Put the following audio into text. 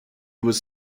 was